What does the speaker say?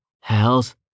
Hells